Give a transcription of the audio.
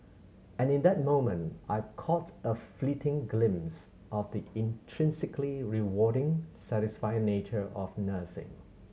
and in that moment I caught a fleeting glimpse of the intrinsically rewarding satisfying nature of nursing